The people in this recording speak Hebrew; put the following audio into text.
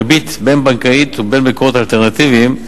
ריבית בין-בנקאית וכן מקורות אלטרנטיביים,